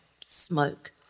smoke